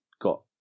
got